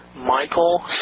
Michael